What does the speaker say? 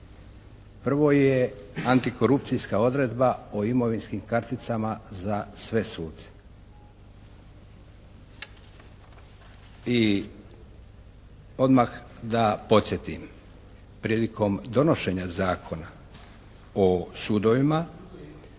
Prvo je antikorupcijska odredba o imovinskim karticama za sve suce i odmah da podsjetim, prilikom donošenja Zakona o sudovima